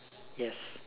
yes